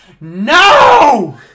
No